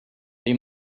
they